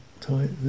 tight